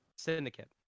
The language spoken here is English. Syndicate